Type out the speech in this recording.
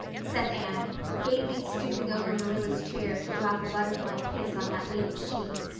said anne gaily stooping over marilla's chair to drop a butterfly kiss on that lady's cheek.